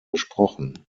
gesprochen